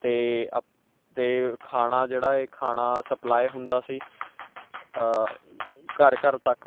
ਅਤੇ ਅਪ ਅਤੇ ਖਾਣਾ ਜਿਹੜਾ ਇਹ ਖਾਣਾ ਸਪਲਾਈ ਹੁੰਦਾ ਸੀ ਘਰ ਘਰ ਤੱਕ